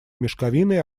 мешковиной